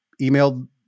emailed